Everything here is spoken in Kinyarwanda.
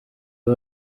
ubu